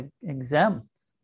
exempt